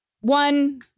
one